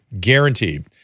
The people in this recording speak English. guaranteed